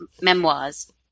memoirs